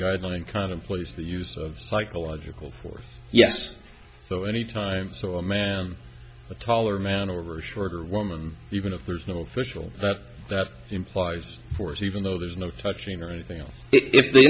guideline contemplates the use of psychological fourth yes so any time so a man a taller man over a shorter woman even if there's no official but that implies force even though there's no touching or anything else if the